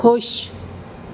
ਖੁਸ਼